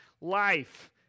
life